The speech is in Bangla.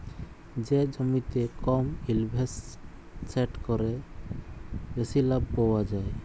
যে জমিতে কম ইলভেসেট ক্যরে বেশি লাভ পাউয়া যায়